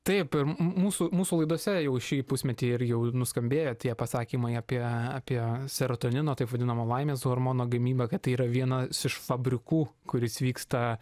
taip ir mūsų mūsų laidose jau šį pusmetį ir jau nuskambėjo tie pasakymai apie apie seratonino taip vadinamo laimės hormono gamybą kad tai yra vienas iš fabrikų kuris vyksta